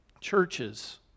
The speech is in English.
churches